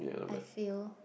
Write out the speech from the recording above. I feel